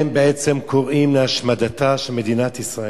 הם בעצם קוראים להשמדתה של מדינת ישראל,